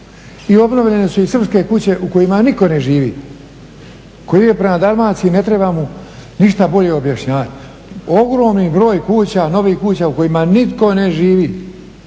i obnovljene su i srpske kuće u kojima nitko ne živi. Tko ide prema Dalmaciji ne treba mu ništa bolje objašnjavati. Ogromni broj kuća, novih kuća u kojima nitko ne živi.